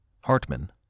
Hartman